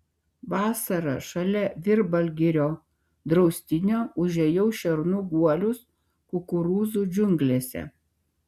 vasarą šalia virbalgirio draustinio užėjau šernų guolius kukurūzų džiunglėse